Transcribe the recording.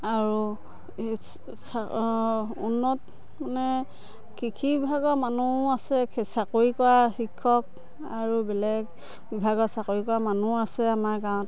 আৰু উন্নত মানে কৃষি বিভাগৰ মানুহো আছে চাকৰি কৰা শিক্ষক আৰু বেলেগ বিভাগত চাকৰি কৰা মানুহো আছে আমাৰ গাঁৱত